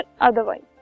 otherwise